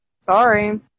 sorry